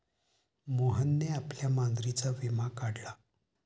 मोहनने आपल्या मांजरीचा विमा काढला